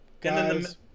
Guys